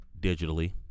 digitally